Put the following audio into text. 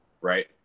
right